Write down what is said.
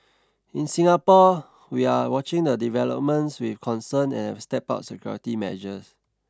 in Singapore we are watching the developments with concern and have stepped up security measures